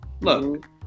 Look